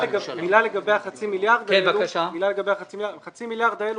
מילה לגבי חצי מיליארד השקלים.